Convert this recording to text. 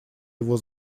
его